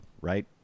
right